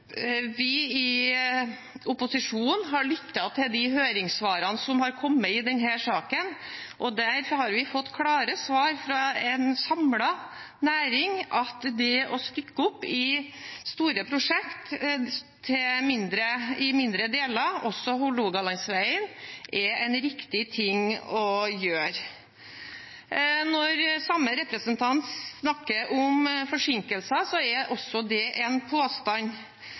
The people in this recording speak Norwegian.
Vi i opposisjonen har lyttet til høringssvarene som har kommet i denne saken, og der har vi fått klare svar fra en samlet næring på at det å stykke opp store prosjekter i mindre deler – også Hålogalandsvegen – er en riktig ting å gjøre. Når samme representant snakker om forsinkelser, er også det en påstand.